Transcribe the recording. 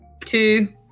two